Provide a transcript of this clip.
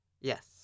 Yes